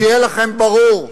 שיהיה לכם ברור,